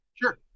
Sure